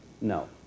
No